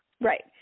Right